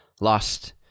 lost